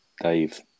Dave